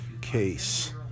case